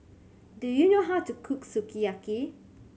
do you know how to cook Sukiyaki